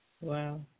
Wow